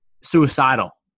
suicidal